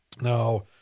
Now